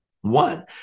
One